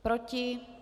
Proti?